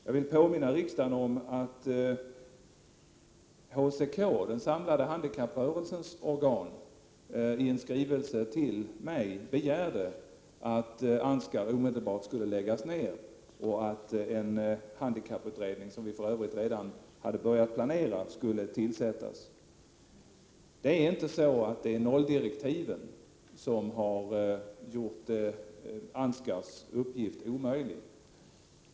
Jag vill påminna riksdagen om att HCK, den samlade handikapprörelsens organ, i en skrivelse till mig begärde att Ansgar omedelbart skulle läggas ned och att en handikapputredning, som vi för övrigt redan hade börjat planera, skulle tillsättas. Det är inte nolldirektiven som har gjort Ansgars uppgift omöjlig.